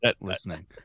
listening